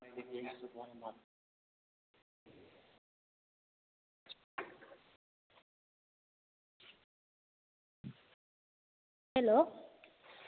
hello